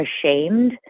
ashamed